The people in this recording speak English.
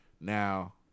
Now